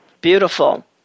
Beautiful